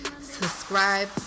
Subscribe